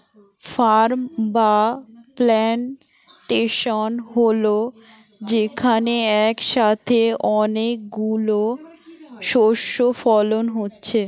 farm বা plantation হল যেখানে একসাথে অনেক গুলো শস্য ফলন হচ্ছে